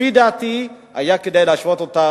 לפי דעתי היה כדאי לעשות אותה